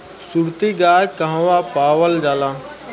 सुरती गाय कहवा पावल जाला?